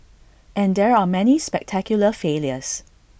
and there are many spectacular failures